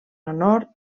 honor